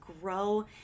grow